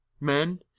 men